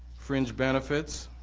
fringe benefits.